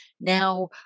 Now